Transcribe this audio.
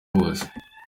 bose